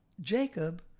Jacob